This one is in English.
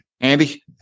Andy